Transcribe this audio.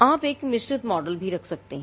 आप एक मिश्रित मॉडल भी रख सकते हैं